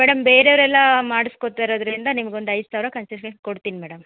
madam ಬೇರೆಯವ್ರೆಲ್ಲ ಮಾಡಿಸ್ಕೊತಾ ಇರೋದರಿಂದ ನಿಮ್ಗೊಂದು ಐದು ಸಾವಿರ ಕನ್ಸಿಷನ್ ಕೊಡ್ತೀವಿ ಮೇಡಮ್